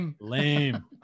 Lame